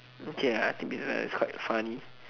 okay ya mister Zainal is quite funny